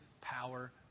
power